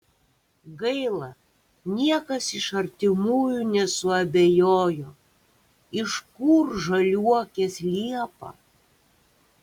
gaila niekas iš artimųjų nesuabejojo iš kur žaliuokės liepą